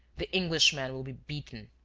the englishman will be beaten.